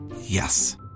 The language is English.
Yes